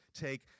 take